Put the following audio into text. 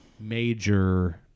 major